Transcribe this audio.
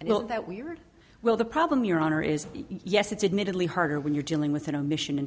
and you know that weird well the problem your honor is yes it's admittedly harder when you're dealing with an omission in